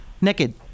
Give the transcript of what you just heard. naked